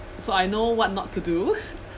so I know what not to do